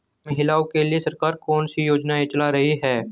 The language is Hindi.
महिलाओं के लिए सरकार कौन सी योजनाएं चला रही है?